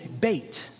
bait